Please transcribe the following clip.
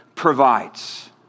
provides